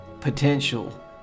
potential